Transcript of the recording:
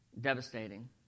devastating